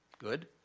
Good